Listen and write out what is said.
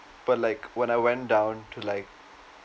but like when I went down to like